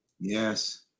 Yes